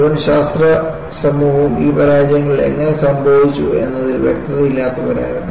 മുഴുവൻ ശാസ്ത്ര സമൂഹവും ഈ പരാജയങ്ങൾ എങ്ങനെ സംഭവിച്ചു എന്നതിൽ വ്യക്തതയില്ലാത്തവരായിരുന്നു